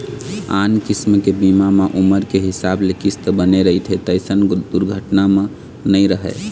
आन किसम के बीमा म उमर के हिसाब ले किस्त बने रहिथे तइसन दुरघना बीमा म नइ रहय